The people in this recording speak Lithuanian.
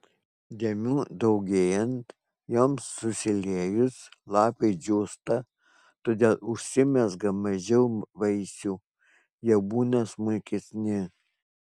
dėmių daugėjant joms susiliejus lapai džiūsta todėl užsimezga mažiau vaisių jie būna smulkesni